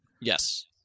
Yes